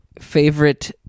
favorite